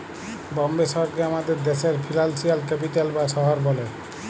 বম্বে শহরকে আমাদের দ্যাশের ফিল্যালসিয়াল ক্যাপিটাল বা শহর ব্যলে